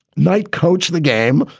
knight coach the game.